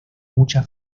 muchas